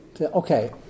okay